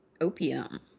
opium